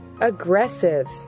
Aggressive